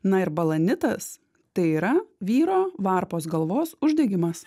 na ir balanitas tai yra vyro varpos galvos uždegimas